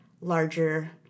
larger